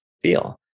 feel